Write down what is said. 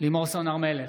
אינו נוכח לימור סון הר מלך,